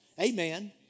Amen